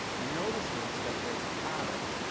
notices that there's a pattern,